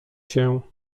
się